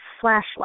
flashlight